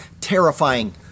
terrifying